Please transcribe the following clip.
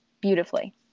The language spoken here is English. beautifully